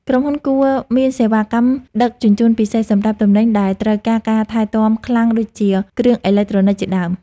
ក្រុមហ៊ុនគួរមានសេវាកម្មដឹកជញ្ជូនពិសេសសម្រាប់ទំនិញដែលត្រូវការការថែទាំខ្លាំងដូចជាគ្រឿងអេឡិចត្រូនិកជាដើម។